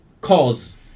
cause